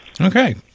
Okay